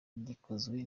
gikozwe